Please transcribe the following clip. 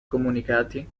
comunicati